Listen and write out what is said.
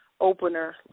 opener